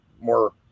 more